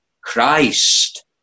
Christ